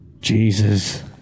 Jesus